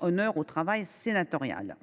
honneur au travail sénatorial.